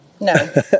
No